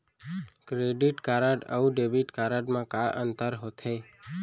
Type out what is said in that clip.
Credit card अऊ debit card मा का अंतर होथे?